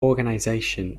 organization